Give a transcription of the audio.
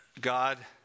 God